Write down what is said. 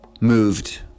moved